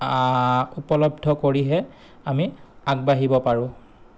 উপলব্ধ কৰিহে আমি আগবাঢ়িব পাৰোঁ